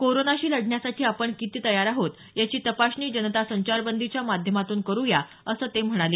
कोरोनाशी लढण्यासाठी आपण किती तयार आहोत याची तपासणी जनता संचारबंदीच्या माध्यमातून करु या असं ते म्हणाले